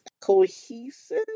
cohesive